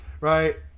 Right